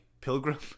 Pilgrim